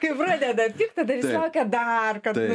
kai pradeda pigt tada ir sako dar kad nu